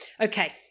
okay